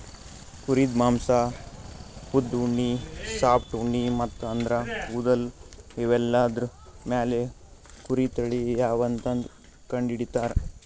ಕುರಿದ್ ಮಾಂಸಾ ಉದ್ದ್ ಉಣ್ಣಿ ಸಾಫ್ಟ್ ಉಣ್ಣಿ ಮತ್ತ್ ಆದ್ರ ಕೂದಲ್ ಇವೆಲ್ಲಾದ್ರ್ ಮ್ಯಾಲ್ ಕುರಿ ತಳಿ ಯಾವದಂತ್ ಕಂಡಹಿಡಿತರ್